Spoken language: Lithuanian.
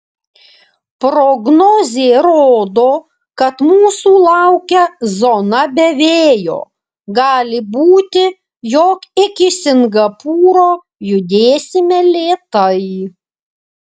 prognozė rodo kad mūsų laukia zona be vėjo gali būti jog iki singapūro judėsime lėtai